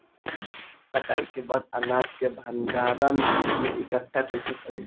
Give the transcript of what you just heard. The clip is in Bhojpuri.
कटाई के बाद अनाज के भंडारण में इकठ्ठा कइसे करी?